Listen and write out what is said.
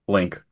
Link